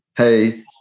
Hey